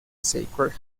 sacred